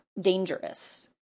dangerous